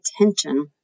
attention